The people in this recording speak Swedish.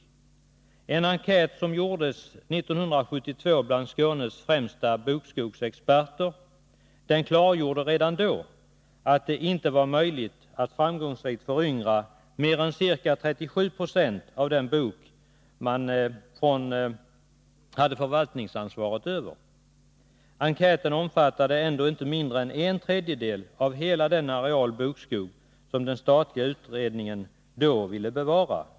Nr 33 En enkät som gjordes 1972 bland Skånes främsta bokskogsexperter Onsdagen den klargjorde redan då att det inte var möjligt att framgångsrikt föryngra mer än 24 november 1982 ca 37 Ze av den bok som man hade förvaltningsansvaret för. Enkäten omfattade ändå inte mindre än en tredjedel av hela den areal bokskog som Bokskogsodling den statliga utredningen då ville bevara.